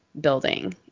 building